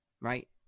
right